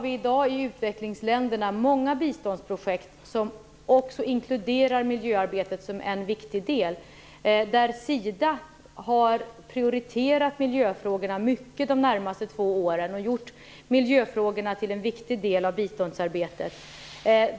Vi har i utvecklingsländerna många biståndsprojekt som också inkluderar miljöarbetet som en viktig del. SIDA har prioriterat miljöfrågorna mycket de senaste två åren och gjort dem till en viktig del i biståndsarbetet.